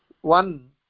one